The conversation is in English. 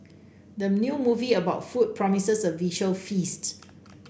the new movie about food promises a visual feast